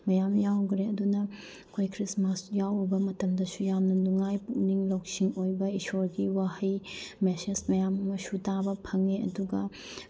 ꯃꯌꯥꯝ ꯌꯥꯎꯈ꯭ꯔꯦ ꯑꯗꯨꯅ ꯑꯩꯈꯣꯏ ꯈ꯭ꯔꯤꯁꯃꯥꯁ ꯌꯥꯎꯔꯨꯕ ꯃꯇꯝꯗꯁꯨ ꯌꯥꯝꯅ ꯅꯨꯡꯉꯥꯏ ꯄꯨꯛꯅꯤꯛ ꯂꯧꯁꯤꯡ ꯑꯣꯏꯕ ꯏꯁꯣꯔꯒꯤ ꯋꯥꯍꯩ ꯃꯦꯁꯦꯖ ꯃꯌꯥꯝ ꯑꯃꯁꯨ ꯇꯥꯕ ꯐꯪꯉꯦ ꯑꯗꯨꯒ